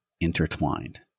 intertwined